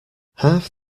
half